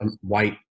white